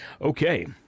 Okay